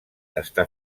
està